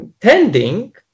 tending